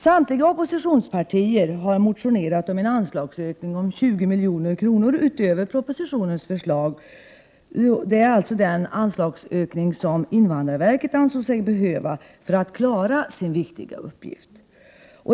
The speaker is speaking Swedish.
Samtliga oppositionspartier har motionerat om en anslagsökning om 20 milj.kr. utöver propositionens förslag, alltså den anslagsökning som invandrarverket anser sig behöva för att klara sin viktiga uppgift.